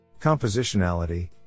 Compositionality